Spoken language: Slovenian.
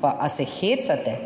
pa ali se hecate,